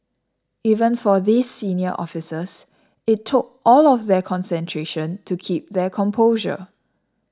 even for these senior officers it took all of their concentration to keep their composure